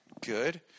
good